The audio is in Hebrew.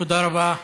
תודה רבה.